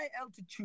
altitude